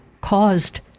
caused